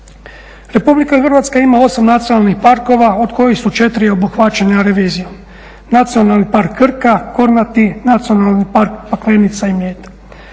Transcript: Republika Hrvatska ima 8 nacionalnih parkova od kojih su 4 obuhvaćena revizijom. Nacionalni park Krka, Kornati, Nacionalni park Paklenica i Mljet.